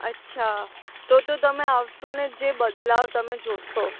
અચ્છા તોતો તમે આવશો ને જે બદલાવ તમે જોશો